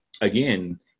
again